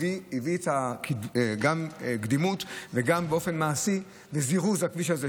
הביאה גם לקדימות וגם באופן מעשי לזירוז הכביש הזה.